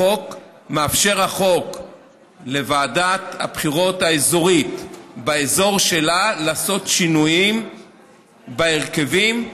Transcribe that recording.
לחוק מאפשר לוועדת הבחירות האזורית באזור שלה לעשות שינויים בהרכבים,